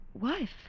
Wife